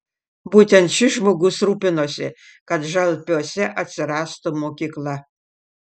būtent šis žmogus rūpinosi kad žalpiuose atsirastų mokykla